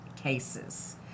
cases